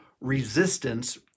resistance